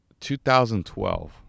2012